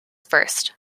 first